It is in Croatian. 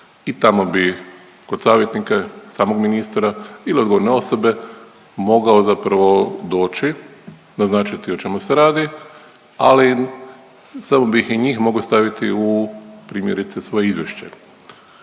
i tamo bi kod savjetnika, samog ministra ili odgovorne osobe mogao zapravo doći, naznačiti o čemu se radi, ali samo bi i njih mogao staviti u primjerice svoje izvješće.